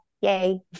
yay